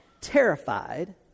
terrified